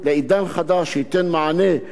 ומניעת אסונות,